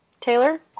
Taylor